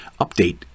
update